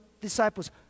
disciples